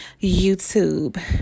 YouTube